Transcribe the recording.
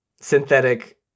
synthetic